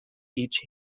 each